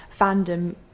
fandom